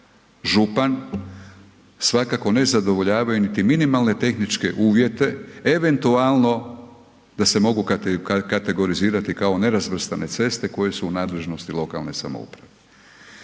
župan, svakako ne zadovoljavaju niti minimalne tehničke uvjete eventualno da se mogu kategorizirati kao nerazvrstane ceste koje su u nadležnosti lokalne samouprave.